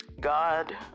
God